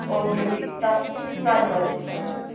okay ਜੀ ਧਨ ਧੰਨਵਾਦ ਜੀ ਧੰਨਵਾਦ